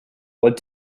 what